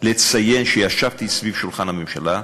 לציין שישבתי ליד שולחן הממשלה,